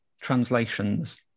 Translations